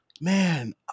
man